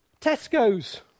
Tesco's